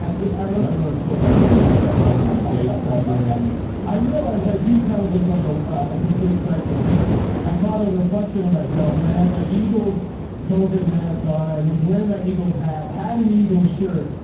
yeah yeah everyone. everyone's putting their makeup on their face coverings. i realize i do kind of look like ah a complete psycho because i caught a reflection of myself and i had my eagles covid mask on. i was wearing my eagle's hat, had an eagles shirt,